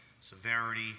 severity